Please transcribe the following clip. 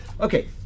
okay